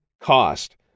cost